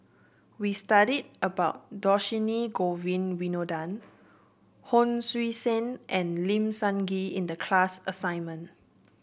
we studied about Dhershini Govin Winodan Hon Sui Sen and Lim Sun Gee in the class assignment